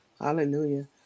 Hallelujah